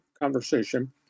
conversation